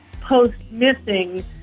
post-missing